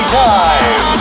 time